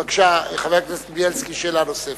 בבקשה, חבר הכנסת בילסקי, שאלה נוספת.